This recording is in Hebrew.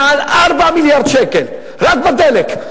מעל 4 מיליארד שקל, רק בדלק.